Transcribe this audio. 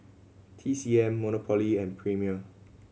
T C M Monopoly and Premier